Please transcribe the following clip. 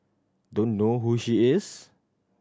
don't know who she is